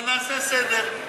אבל נעשה סדר.